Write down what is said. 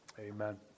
Amen